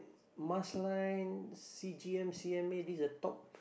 Mas line C G M C M A this are top